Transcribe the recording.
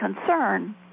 concern